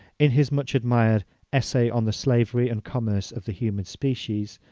in his much admired essay on the slavery and commerce of the human species,